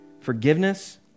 forgiveness